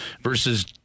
versus